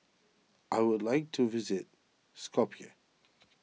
I would like to visit Skopje